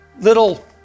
little